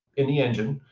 and the engine.